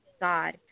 God